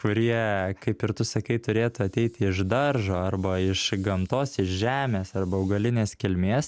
kurie kaip ir tu sakai turėtų ateiti iš daržo arba iš gamtos iš žemės arba augalinės kilmės